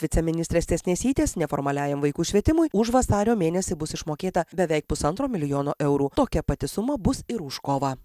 viceministrės tiesnesytės neformaliajam vaikų švietimui už vasario mėnesį bus išmokėta beveik pusantro milijono eurų tokia pati suma bus ir už kovą